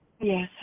yes